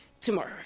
tomorrow